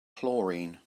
chlorine